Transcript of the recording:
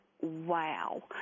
wow